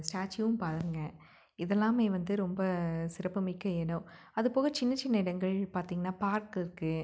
ஸ்டேச்சூவும் பாருங்கள் இதெல்லாமே வந்து ரொம்ப சிறப்பு மிக்க இடம் அது போக சின்னச் சின்ன இடங்கள் பார்த்தீங்கனா பார்க் இருக்குது